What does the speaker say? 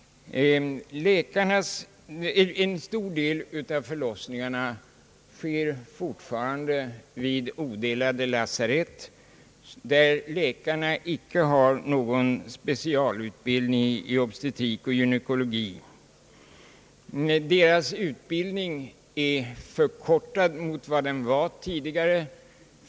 En stor del av förlossningarna sker fortfarande vid odelade lasarett där läkarna icke har någon specialutbildning i obstetrik och gynekologi. Deras utbildning är kortare än vad den var tidigare.